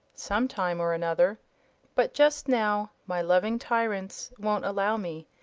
some time or another but just now my loving tyrants won't allow me.